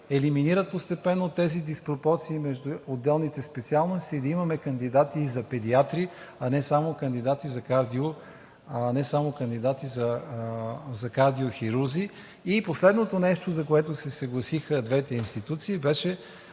елиминират постепенно тези диспропорции между отделните специалности и да имаме кандидати и за педиатри, а не само кандидати за кардиохирурзи. Последното нещо, за което се съгласиха двете институции беше,